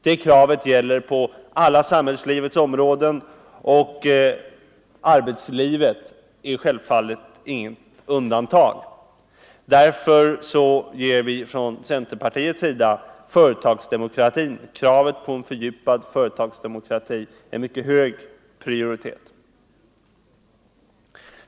Det kravet gäller på alla samhällslivets områden, och arbetslivet är självfallet inget undantag. Därför ger vi från centerns sida kravet på en fördjupad företagsdemokrati en mycket hög prioritet.